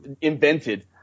invented